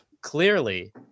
clearly